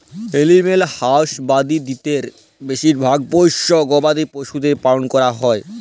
animal হাসবাঁদরিতে বেছিভাগ পোশ্য গবাদি পছুদের পালল ক্যরা হ্যয়